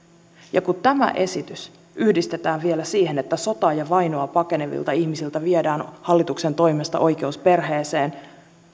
ja kun tämä esitys yhdistetään vielä siihen että sotaa ja vainoa pakenevilta ihmisiltä viedään hallituksen toimesta oikeus perheeseen